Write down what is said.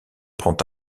prend